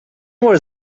were